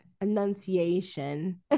enunciation